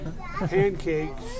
Pancakes